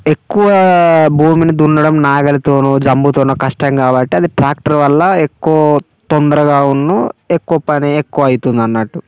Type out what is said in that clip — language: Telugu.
ఎక్కువ భూమిని దున్నడం నాగలితోనో జంబూతోనో కష్టం కాబట్టి అది ట్రాక్టర్ వల్ల ఎక్కువ తొందరగా ఉన్నా ఎక్కువ పని ఎక్కువ అవుతుంది అన్నట్టు